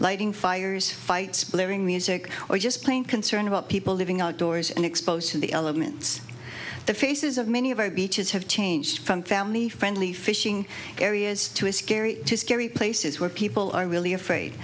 lighting fires fights blaring music or just plain concern about people living outdoors and exposed to the elements the faces of many of our beaches have changed from family friendly fire areas to a scary to scary places where people are really afraid